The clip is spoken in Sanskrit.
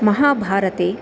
महाभारते